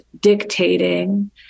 dictating